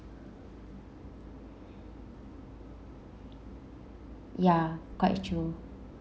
ya quite true